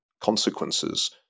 consequences